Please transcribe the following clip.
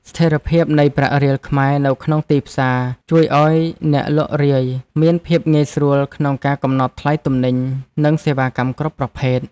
ស្ថិរភាពនៃប្រាក់រៀលខ្មែរនៅក្នុងទីផ្សារជួយឱ្យអ្នកលក់រាយមានភាពងាយស្រួលក្នុងការកំណត់ថ្លៃទំនិញ និងសេវាកម្មគ្រប់ប្រភេទ។